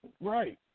Right